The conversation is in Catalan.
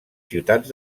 ciutats